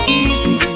easy